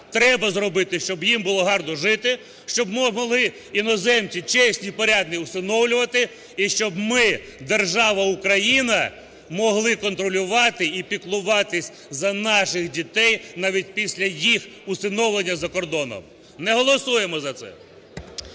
треба зробити, щоб їм було гарно жити, щоб були іноземці чесні, порядні всиновлювати і щоб ми, держава Україна, могли контролювати і піклуватися за наших дітей навіть після їх усиновлення за кордоном. Не голосуємо за це.